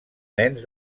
nens